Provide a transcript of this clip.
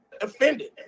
Offended